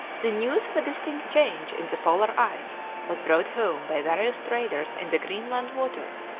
the news of a distinct change in the polar ice was brought home by various traders in the greenland waters,